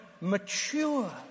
mature